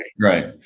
Right